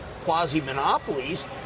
quasi-monopolies